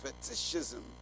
fetishism